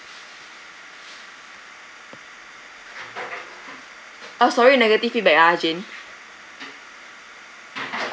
oh sorry negative feedback ah jane